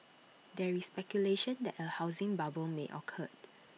there is speculation that A housing bubble may occur